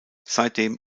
seitdem